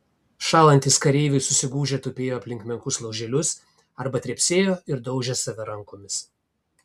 šąlantys kareiviai susigūžę tupėjo aplink menkus lauželius arba trepsėjo ir daužė save rankomis